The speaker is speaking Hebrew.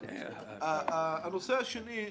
הנושא השני,